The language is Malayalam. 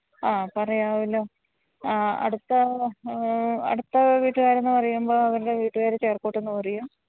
ആ പറയാമല്ലോ അടുത്ത അടുത്ത വീട്ടുകാരെന്ന് പറയുമ്പോൾ അവരുടെ വീട്ടുപേര് ചേര്പ്പോട്ടെന്ന് പറയും